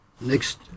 Next